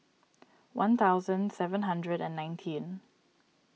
one thousand seven hundred and nineteen